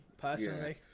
personally